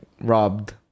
robbed